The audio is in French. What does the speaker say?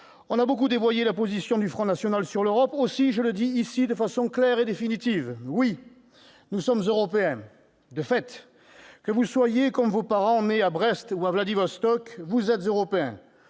On a beaucoup dévoyé la position du Front national sur l'Europe. Aussi, je le dis ici de façon claire et définitive, oui, nous sommes Européens ! De fait, que vous soyez, comme vos parents, né à Brest ou à Vladivostok, vous êtes Européen